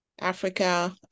Africa